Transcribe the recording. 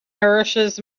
nourishes